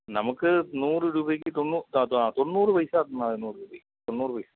നമുക്ക് നൂറ് രൂപയ്ക്ക് തൊണ്ണൂറ് പൈസ തന്നാൽ മതി നൂറ് രൂപയ്ക്ക് തൊണ്ണൂറ് പൈസ